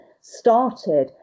started